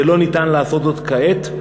לא ניתן לעשות זאת כעת,